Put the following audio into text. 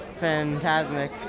Fantasmic